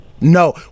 no